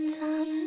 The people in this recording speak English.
time